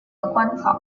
鹅观草